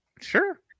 Sure